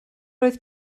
oedd